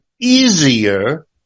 easier